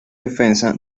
defensa